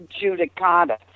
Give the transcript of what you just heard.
judicata